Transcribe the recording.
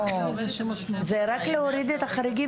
זה רק להוריד את החריגים.